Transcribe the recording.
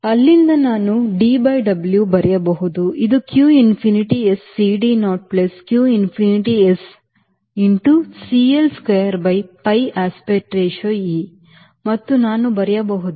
ಆದ್ದರಿಂದ ನಾನು D by W ಬರೆಯಬಹುದು ಇದು q infinity S CD naught plus q infinity S in to CL square by pi aspect ratio e ಮತ್ತು ನಾನು ಬರೆಯಬಹುದು